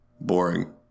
boring